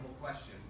question